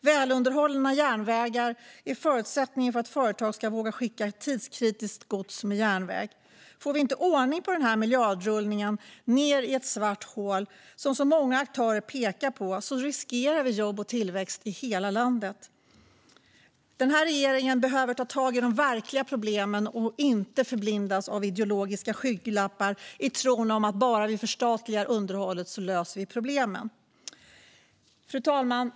Välunderhållna järnvägar är en förutsättning för att företag ska våga skicka tidskritiskt gods med järnväg. Får vi inte ordning på denna miljardrullning ned i ett svart hål, som många aktörer pekar på, riskerar vi jobb och tillväxt i hela landet. Den här regeringen behöver ta tag i de verkliga problemen och inte förblindas av ideologiska skygglappar i tron att bara vi förstatligar underhållet löser vi problemen. Fru talman!